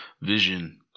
vision